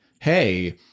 Hey